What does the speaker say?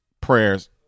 prayers